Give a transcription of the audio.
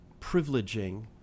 privileging